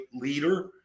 leader